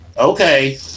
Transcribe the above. okay